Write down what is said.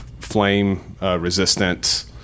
flame-resistant